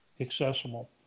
accessible